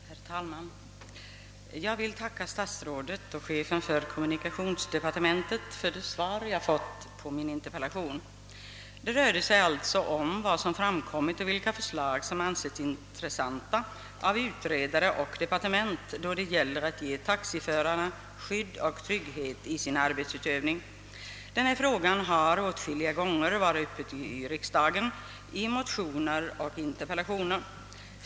Herr talman! Jag vill tacka statsrådet och chefen för kommunikationsdepartementet för det svar som jag har fått på min interpellation. Frågorna gällde alltså vilka åtgärder som vidtagits och vilka förslag som utredare och departement ansett intressanta då det gäller att ge taxiförare skydd och trygghet i deras arbetsutövning. Denna fråga har åtskilliga gånger tagits upp i riksdagen i motioner och interpellationer.